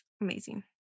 Amazing